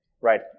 right